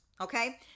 okay